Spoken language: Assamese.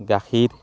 গাখীৰ